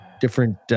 different